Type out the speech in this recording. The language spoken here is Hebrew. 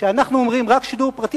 כשאנחנו אומרים "רק שידור פרטי",